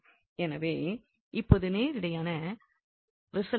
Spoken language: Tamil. எனவே இப்போது நேரடியான ரிசல்ட் உள்ளது